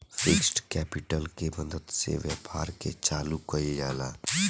fixed capital के मदद से व्यापार के चालू कईल जाला